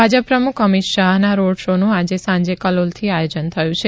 ભાજપ પ્રમુખ શ્રી અમિત શાહના road show નું આજે સાંજે કલોલથી આયોજન થયું છે